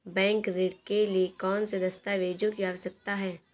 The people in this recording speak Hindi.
बैंक ऋण के लिए कौन से दस्तावेजों की आवश्यकता है?